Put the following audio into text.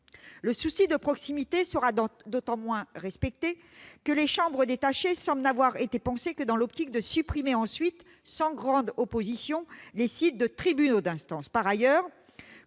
Le souci de proximité sera d'autant moins respecté que les chambres détachées semblent n'avoir été pensées que dans l'optique de supprimer ensuite, sans rencontrer grande opposition, les sites de tribunaux d'instance.